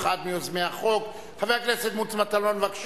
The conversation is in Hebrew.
שהטיפול בפדופיליה הוא דבר מאוד חשוב.